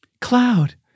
cloud